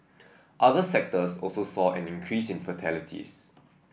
other sectors also saw an increase in fatalities